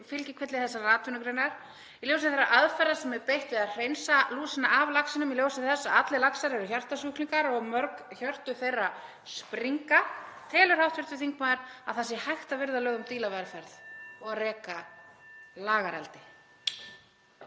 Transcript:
fylgikvilli þessarar atvinnugreinar, í ljósi þeirrar aðferðar sem er beitt við að hreinsa lúsina af laxinum og í ljósi þess að allir laxar eru hjartasjúklingar og hjörtu margra þeirra springa: Telur hv. þingmaður að hægt sé að virða lög um dýravelferð og reka lagareldi?